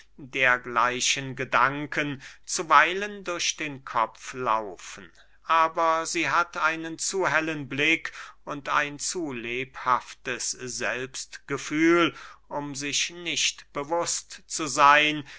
dergleichen gedanken zuweilen durch den kopf laufen aber sie hat einen zu hellen blick und ein zu lebhaftes selbstgefühl um sich nicht bewußt zu seyn